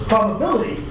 Probability